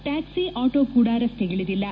taxi auto ಕೂಡ ರಸ್ತೆಗಿಳಿದಿಲ್ಲ